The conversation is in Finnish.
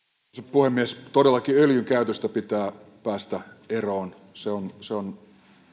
puhemies todellakin öljyn käytöstä pitää päästä eroon se on se on